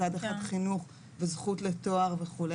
מצד אחד חינוך וזכות לתואר וכו',